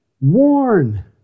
Warn